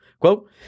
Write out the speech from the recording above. Quote